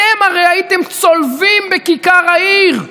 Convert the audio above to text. אתם הרי הייתם צולבים בכיכר העיר.